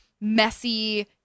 messy